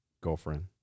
girlfriend